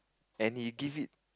and he give it